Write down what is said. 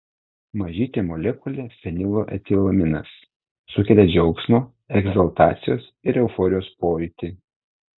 mažytė molekulė fenilo etilaminas sukelia džiaugsmo egzaltacijos ir euforijos pojūtį